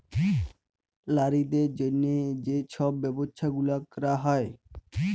লারিদের জ্যনহে যে ছব ব্যবছা গুলা ক্যরা হ্যয়